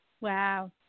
Wow